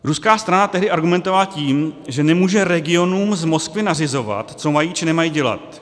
Ruská strana tehdy argumentovala tím, že nemůže regionům z Moskvy nařizovat, co mají či nemají dělat.